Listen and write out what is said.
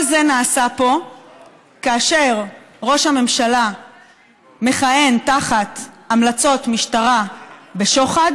כל זה נעשה פה כאשר ראש הממשלה מכהן תחת המלצות משטרה בשוחד